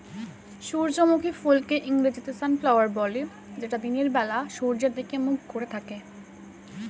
সূর্যমুখী ফুলকে ইংরেজিতে সানফ্লাওয়ার বলে যেটা দিনের বেলা সূর্যের দিকে মুখ করে থাকে